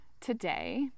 today